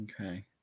okay